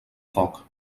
foc